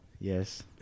Yes